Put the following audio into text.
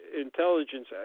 intelligence